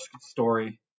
story